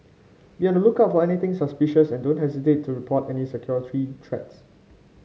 be on the lookout for anything suspicious and don't hesitate to report any security threats